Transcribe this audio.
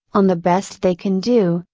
on the best they can do,